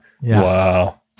Wow